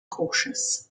cautious